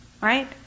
right